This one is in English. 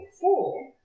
four